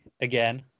again